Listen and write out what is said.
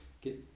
get